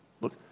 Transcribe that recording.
Look